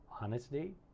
Honesty